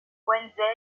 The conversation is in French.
wenzel